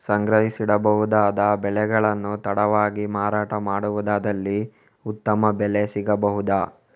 ಸಂಗ್ರಹಿಸಿಡಬಹುದಾದ ಬೆಳೆಗಳನ್ನು ತಡವಾಗಿ ಮಾರಾಟ ಮಾಡುವುದಾದಲ್ಲಿ ಉತ್ತಮ ಬೆಲೆ ಸಿಗಬಹುದಾ?